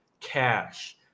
cash